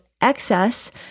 excess